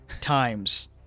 times